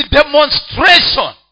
demonstration